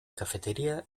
cafetería